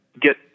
get